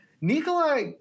Nikolai